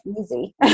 easy